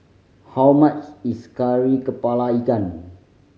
how much is Kari Kepala Ikan